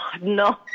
No